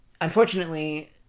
Unfortunately